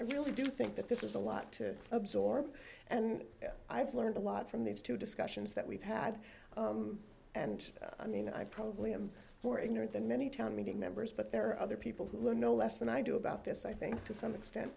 i really do think that this is a lot to absorb and i've learned a lot from these two discussions that we've had and i mean i probably i'm for ignore the many town meeting members but there are other people who are no less than i do about this i think to some extent